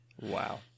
Wow